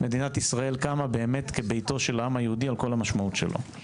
מדינת ישראל קמה באמת כביתו של העם היהודי על כל המשמעות שלו.